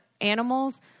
animals